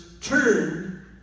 turn